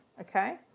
okay